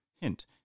Hint